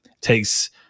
takes